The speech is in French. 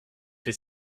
fait